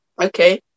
Okay